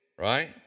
Right